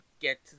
get